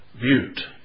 Butte